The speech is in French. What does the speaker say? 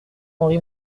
henri